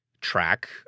track